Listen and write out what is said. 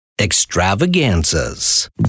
extravaganzas